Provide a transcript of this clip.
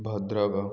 Bhadrak